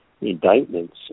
indictments